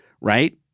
Right